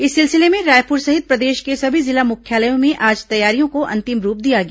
इस सिलसिले में रायपुर सहित प्रदेश के सभी जिला मुख्यालयों में आज तैयारियों को अंतिम रूप दिया गया